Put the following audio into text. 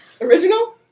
Original